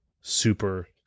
super